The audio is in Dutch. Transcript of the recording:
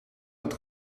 het